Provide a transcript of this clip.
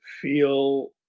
feel